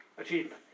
Achievement